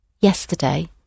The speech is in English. yesterday